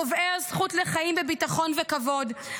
תובעי הזכות לחיים בביטחון וכבוד,